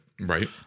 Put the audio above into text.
right